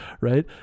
right